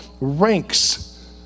ranks